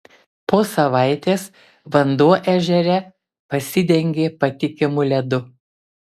po savaitės vanduo ežere pasidengė patikimu ledu